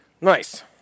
nice